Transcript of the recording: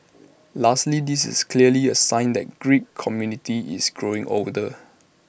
lastly this is clearly A sign that geek community is growing older